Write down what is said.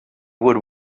would